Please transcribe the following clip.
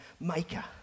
maker